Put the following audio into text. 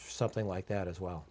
something like that as well